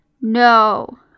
No